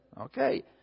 Okay